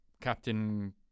captain